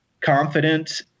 confident